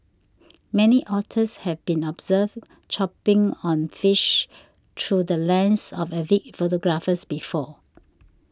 many otters have been observed chomping on fish through the lens of avid photographers before